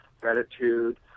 gratitude